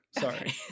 Sorry